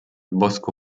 bosco